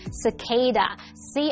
，cicada，c